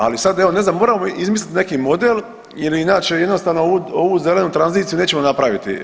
Ali sad evo ne znam moramo izmisliti neki model ili naći jednostavno ovu zelenu tranziciju nećemo napraviti.